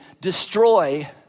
destroy